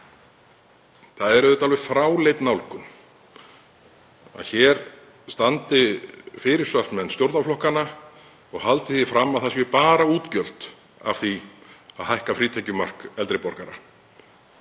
Það er auðvitað fráleit nálgun að hér standi fyrirsvarsmenn stjórnarflokkanna og haldi því fram að það séu bara útgjöld af því að hækka frítekjumark eldri borgara.